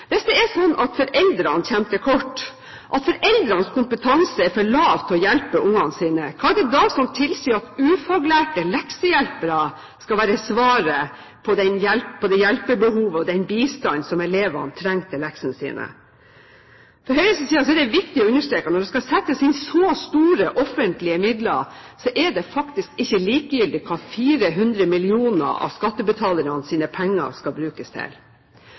Hvis det er slik at foreldrene kommer til kort, at foreldrenes kompetanse er for lav til å kunne hjelpe ungene sine, hva er det som da tilsier at ufaglærte leksehjelpere skal være svaret på hjelpebehovet og den bistanden som elevene trenger med leksene sine? Fra Høyres side er det viktig å understreke at når det skal settes inn så store offentlige midler, er det faktisk ikke likegyldig hva 400 mill. kr av skattebetalernes penger skal brukes til.